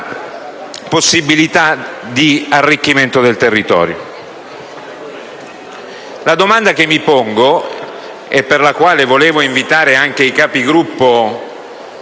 alla possibilità di arricchimento del territorio. La domanda che mi pongo - e che volevo rivolgere anche ai capigruppo